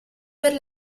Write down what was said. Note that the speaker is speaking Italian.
per